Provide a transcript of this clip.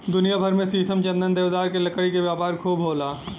दुनिया भर में शीशम, चंदन, देवदार के लकड़ी के व्यापार खूब होला